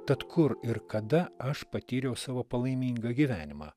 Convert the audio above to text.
tad kur ir kada aš patyriau savo palaimingą gyvenimą